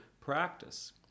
practice